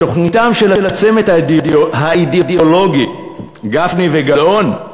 בתוכניתם של הצמד האידיאולוגי גפני וגלאון,